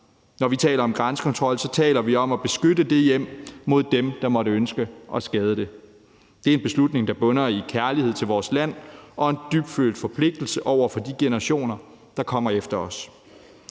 Når vi taler om grænsekontrol, taler vi om at beskytte det hjem mod dem, der måtte ønske at skade det. Det er en beslutning, der bunder i kærlighed til vores land og en dybtfølt forpligtelse over for de generationer, der kommer efter os.